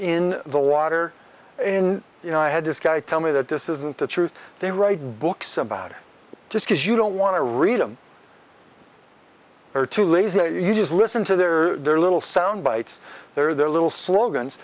in the water in you know i had this guy tell me that this isn't the truth they write books about it just because you don't want to read them or too lazy you just listen to their their little soundbites their little slogans